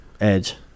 Edge